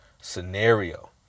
scenario